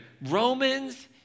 Romans